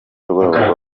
rwabo